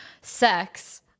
sex